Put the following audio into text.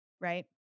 right